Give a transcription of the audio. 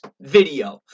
video